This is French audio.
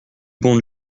bon